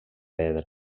pedra